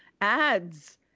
ads